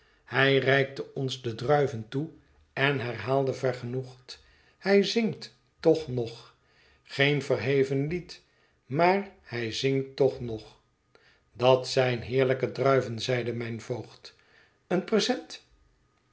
hij reikte ons de druiven toe en herhaalde vergenoegd hij zingt toch nog geen verheven lied maar hij zingt toch nog dat zijn heerlijke druiven zeide mijn voogd een present